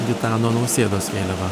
gitano nausėdos vėliavą